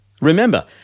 Remember